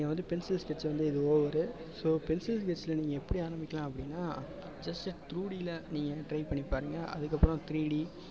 நீங்கள் வந்து பென்சில் ஸ்கெட்ச்சை வந்து இது ஓவரு ஸோ பென்சில் ஸ்கெட்ச்சில் நீங்கள் எப்படி ஆரம்பிக்கலாம் அப்படின்னா ஜஸ்ட்டு டூ டியில் நீங்கள் ட்ரை பண்ணிப் பாருங்கள் அதுக்கப்புறம் த்ரீ டி